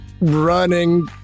running